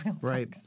Right